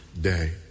day